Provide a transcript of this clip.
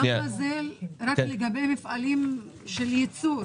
למה זה רק לגבי מפעלים של ייצור?